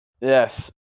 Yes